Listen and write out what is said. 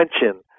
attention